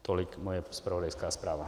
Tolik moje zpravodajská zpráva.